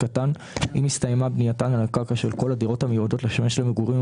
אם הסתיימה בנייתן על הקרקע של כל הדירות המיועדות לשמש למגורים,